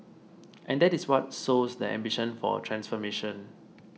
and that is what sows the ambition for transformation